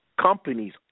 companies